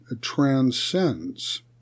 transcends